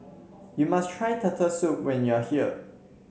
you must try Turtle Soup when you are here